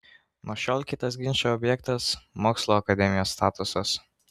nuo šiol kitas ginčų objektas mokslų akademijos statusas